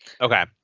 Okay